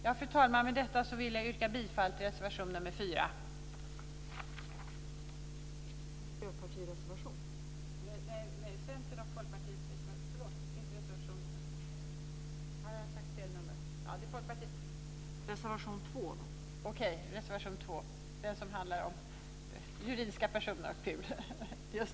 Fru talman! Med detta yrkar jag bifall till reservation nr 2, som handlar om juridiska personer och